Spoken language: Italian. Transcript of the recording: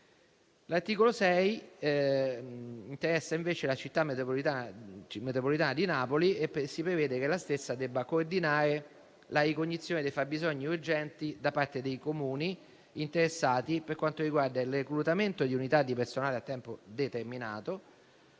L'articolo 6 interessa invece la Città metropolitana di Napoli, prevedendo che la stessa debba coordinare la ricognizione dei fabbisogni urgenti da parte dei Comuni interessati per quanto riguarda il reclutamento di unità di personale a tempo determinato